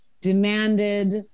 demanded